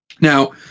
Now